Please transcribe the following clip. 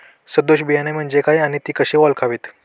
सदोष बियाणे म्हणजे काय आणि ती कशी ओळखावीत?